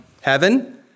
heaven